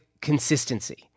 consistency